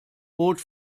bot